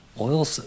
Oil